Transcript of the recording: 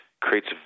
creates